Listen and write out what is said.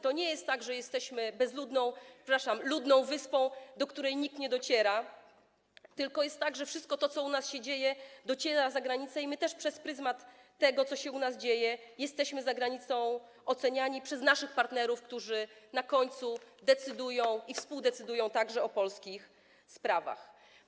To nie jest tak, że jesteśmy bezludną, przepraszam, ludną wyspą, do której nikt nie dociera, tylko jest tak, że wszystko to, co dzieje się u nas, dociera za granicę i przez pryzmat tego, co się u nas dzieje, też jesteśmy za granicą oceniani przez naszych partnerów, którzy na końcu decydują, także współdecydują o polskich sprawach.